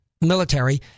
military